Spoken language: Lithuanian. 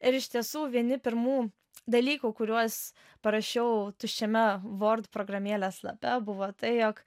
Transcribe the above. ir iš tiesų vieni pirmų dalykų kuriuos parašiau tuščiame word programėlės lape buvo tai jog